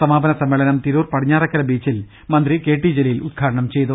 സമാപന സമ്മേളനം തിരൂർ പടിഞ്ഞാറെക്കര ബീച്ചിൽ മന്ത്രി കെ ടി ജലീൽ ഉദ്ഘാടനംചെയ്തു